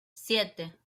siete